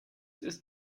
ist